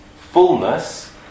fullness